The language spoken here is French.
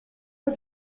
pas